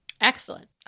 Excellent